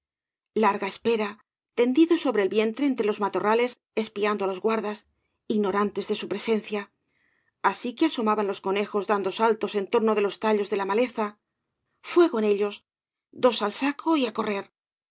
larga espera tendidos sobre el vientre entre los matorrales espiando á los guardas ignorantes de su presencia así que asomaban los conejos dando saltos en torno de los tallos de la maleza fuego en ellos dos al saco y á correr